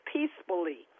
Peacefully